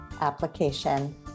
application